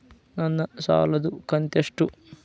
ನನ್ನ ಸಾಲದು ಕಂತ್ಯಷ್ಟು?